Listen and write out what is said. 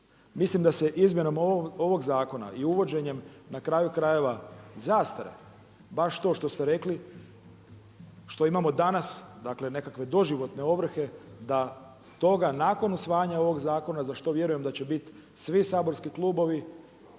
Mislim da se izmjenom ovog zakona i uvođenjem na kraju krajeva, zastare, baš to što ste rekli, što imamo danas, dakle nekakve doživotne ovrhe, da toga nakon usvajanja ovog zakona, za što vjerujem da će biti svi saborski klubovi,